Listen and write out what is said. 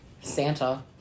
Santa